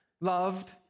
loved